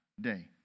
day